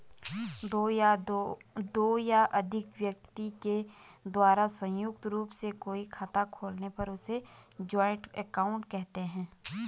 दो या अधिक व्यक्ति के द्वारा संयुक्त रूप से कोई खाता खोलने पर उसे जॉइंट अकाउंट कहते हैं